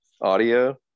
audio